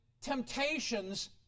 temptations